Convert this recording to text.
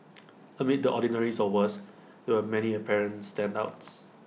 amid the ordinariness or worse there were many apparent standouts